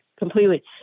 Completely